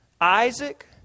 Isaac